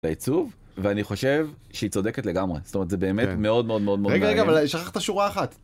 ואני חושב שהיא צודקת לגמרי זאת אומרת זה באמת מאוד מאוד מאוד מאוד . שכחת שורה אחת.